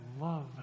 love